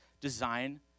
design